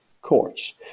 courts